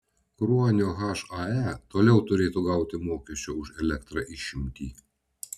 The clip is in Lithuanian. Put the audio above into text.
kruonio hae toliau turėtų gauti mokesčio už elektrą išimtį